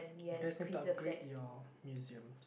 just need to upgrade your museum